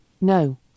no